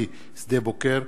הסביבתי שדה-בוקר,